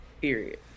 Period